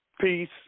Peace